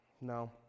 No